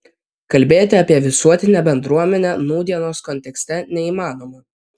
kalbėti apie visuotinę bendruomenę nūdienos kontekste neįmanoma